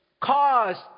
caused